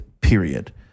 Period